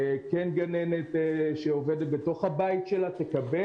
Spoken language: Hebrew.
כן גננת שעובדת בתוך הבית שלה תקבל?